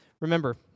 Remember